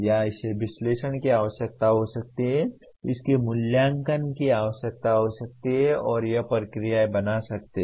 या इसे विश्लेषण की आवश्यकता हो सकती है इसके मूल्यांकन की आवश्यकता हो सकती है और यह प्रक्रियाएं बना सकते है